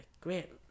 great